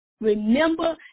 remember